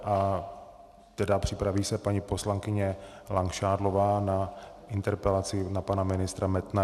A tedy připraví se paní poslankyně Langšádlová s interpelací na pana ministra Metnara.